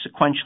sequentially